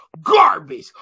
garbage